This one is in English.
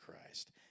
Christ